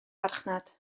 farchnad